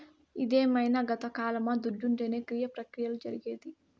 ఇదేమైన గతకాలమా దుడ్డుంటేనే క్రియ ప్రక్రియలు జరిగేది